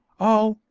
oh,